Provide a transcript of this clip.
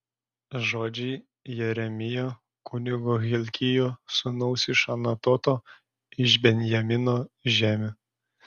žodžiai jeremijo kunigo hilkijo sūnaus iš anatoto iš benjamino žemių